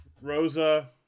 rosa